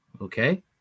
okay